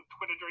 Twitter